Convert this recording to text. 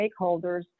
stakeholders